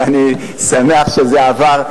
ואני שמח שהוא עבר.